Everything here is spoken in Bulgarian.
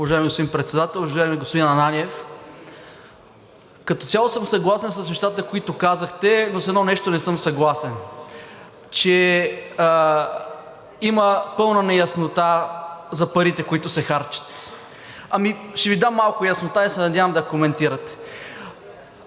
Уважаеми господин Председател! Уважаеми господин Ананиев, като цяло съм съгласен с нещата, които казахте, но с едно нещо не съм съгласен – че има пълна неяснота за парите, които се харчат. Ами, ще Ви дам малко яснота и се надявам да коментирате.